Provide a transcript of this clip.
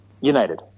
United